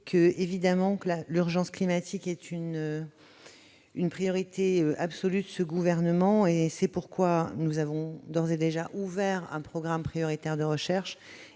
que l'urgence climatique est, bien entendu, une priorité absolue de ce gouvernement. C'est pourquoi nous avons d'ores et déjà ouvert un programme prioritaire de recherche.